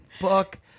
book